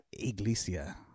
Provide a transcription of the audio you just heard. Iglesia